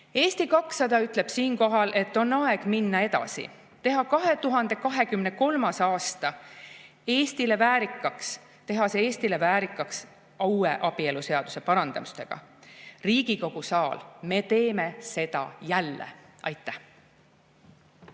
Eesti 200 ütleb, et on aeg minna edasi, teha 2023. aasta Eestile väärikaks. Teha see Eestile väärikaks uue abieluseaduse parandustega. Riigikogu saal, me teeme seda jälle! Aitäh!